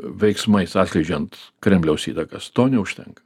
veiksmais atskleidžiant kremliaus įtakas to neužtenka